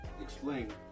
Explain